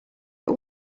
but